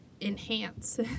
enhance